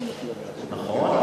נכון,